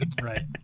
right